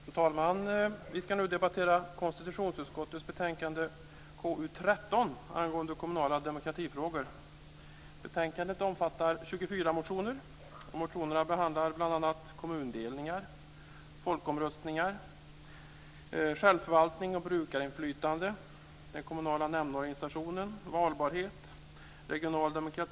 Fru talman! Vi ska nu debattera konstitutionsutskottets betänkande KU 13 angående kommunala demokratifrågor. Betänkandet omfattar 24 motioner.